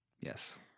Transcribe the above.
Yes